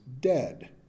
dead